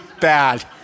bad